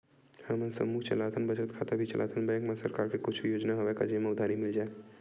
हमन समूह चलाथन बचत खाता भी चलाथन बैंक मा सरकार के कुछ योजना हवय का जेमा उधारी मिल जाय?